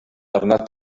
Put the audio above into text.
arnat